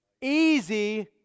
easy